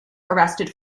arrested